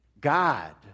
God